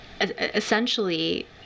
essentially